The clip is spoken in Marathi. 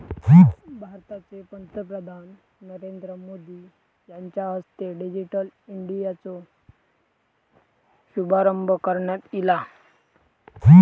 भारताचे पंतप्रधान नरेंद्र मोदी यांच्या हस्ते डिजिटल इंडियाचो शुभारंभ करण्यात ईला